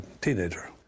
teenager